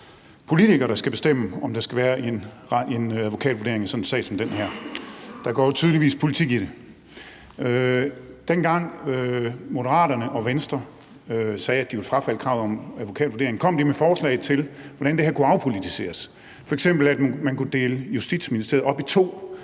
politikere, der skal bestemme, om der skal være en advokatvurdering i sådan en sag som den her; der går jo tydeligvis politik i det. Dengang Moderaterne og Venstre sagde, at de ville frafalde kravet om en advokatvurdering, kom de med forslag til, hvordan det her kunne afpolitiseres, f.eks. ved at man kunne dele Justitsministeriet op i to